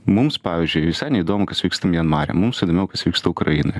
mums pavyzdžiui visai neįdomu kas vyksta mianmare mums įdomiau kas vyksta ukrainoje